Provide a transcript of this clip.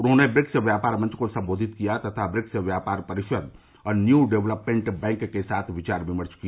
उन्होंने ब्रिक्स व्यापार मंच को सम्बोधित किया तथा ब्रिक्स व्यापार परिषद और न्यू डेवलपमेंट बैंक के साथ विचार विमर्श किया